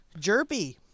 Jerpy